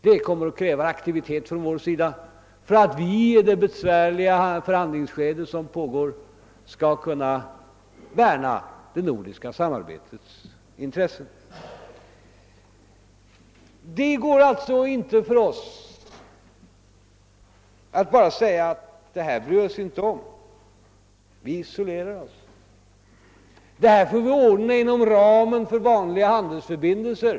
Det kommer att kräva aktivitet från vår sida för att vi i det nuvarande besvärliga förhandlingsskedet skall kunna värna det nordiska samarbetets intressen. Det går alltså inte för oss att bara säga, att det här bryr vi oss inte om; vi isolerar oss — det här får »vi ordna inom ramen för vanliga handelsförbindelser».